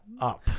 up